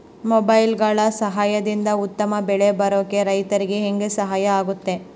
ಮೊಬೈಲುಗಳ ಸಹಾಯದಿಂದ ಉತ್ತಮ ಬೆಳೆ ಬರೋಕೆ ರೈತರಿಗೆ ಹೆಂಗೆ ಸಹಾಯ ಆಗುತ್ತೆ?